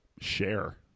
share